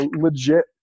legit